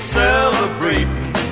celebrating